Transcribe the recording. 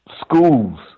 schools